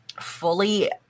fully